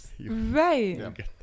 Right